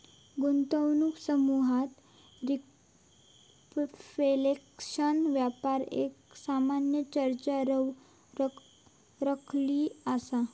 गुंतवणूक समुहात रिफ्लेशन व्यापार एक सामान्य चर्चा रवली असा